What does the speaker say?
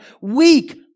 Weak